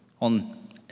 on